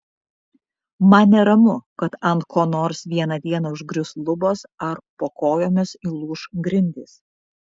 man neramu kad ant ko nors vieną dieną užgrius lubos ar po kojomis įlūš grindys